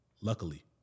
luckily